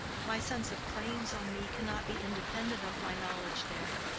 my sense of claims on me cannot be independent of my knowledge there.